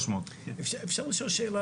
אפשר לשאול שאלה?